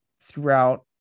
throughout